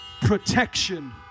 protection